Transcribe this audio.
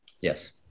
yes